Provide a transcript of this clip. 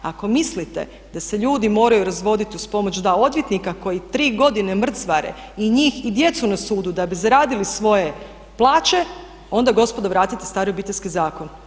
Ako mislite da se ljudi moraju razvoditi uz pomoć, da odvjetnika koji tri godine mrcvare i njih i djecu na sudu da bi zaradili svoje plaće, onda gospodo vratite stari Obiteljski zakon.